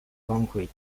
concrete